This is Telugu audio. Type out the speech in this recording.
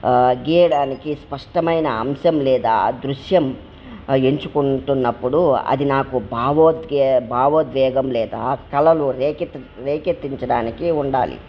గీయడానికి స్పష్టమైన అంశం లేదా దృశ్యం ఎంచుకుంటున్నప్పుడు అది నాకు భావోద్గే భావోద్వేగం లేదా కళలు రేఖ రేక్కెతించడానికి ఉండాలి